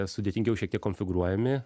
sudėtingiau šiek tiek konfigūruojami